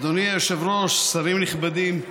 אדוני היושב-ראש, שרים נכבדים,